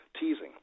teasing